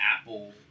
Apple